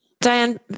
Diane